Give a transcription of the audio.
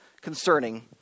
concerning